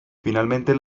finalmente